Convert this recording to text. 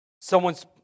someone's